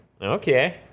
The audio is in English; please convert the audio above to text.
Okay